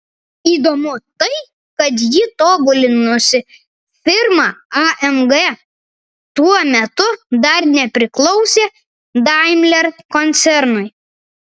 įdomu tai kad jį tobulinusi firma amg tuo metu dar nepriklausė daimler koncernui